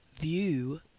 view